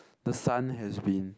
the sun has been